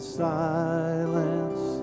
silence